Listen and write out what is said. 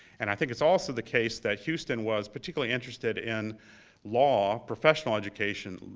and i think it's also the case that houston was particularly interested in law, professional education,